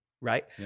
Right